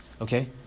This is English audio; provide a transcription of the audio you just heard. okay